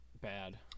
bad